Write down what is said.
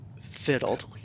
fiddled